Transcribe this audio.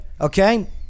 okay